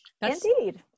Indeed